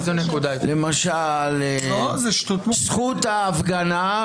למשל זכות ההפגנה,